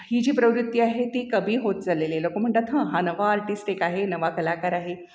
ही जी प्रवृत्ती आहे ती कमी होत चाललेली आहे लोक म्हणतात हं हा नवा आर्टिस्ट एक आहे नवा कलाकार आहे